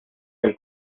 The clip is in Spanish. del